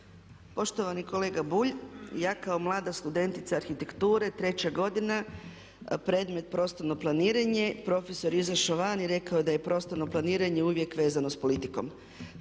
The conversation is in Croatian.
Poštovani kolega Bulj, ja kao mlada studentica arhitekture, 3. godina, predmet prostorno planiranje, profesor izašao van i rekao da je prostorno planiranje uvijek vezano sa politikom.